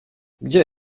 gdzie